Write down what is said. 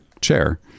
chair